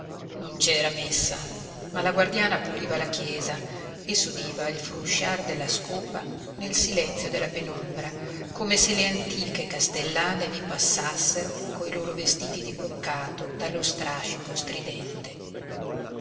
non c'era messa ma la guardiana puliva la chiesa e s'udiva il frusciar della scopa nel silenzio della penombra come se le antiche castellane vi passassero coi loro vestiti di broccato dallo strascico stridente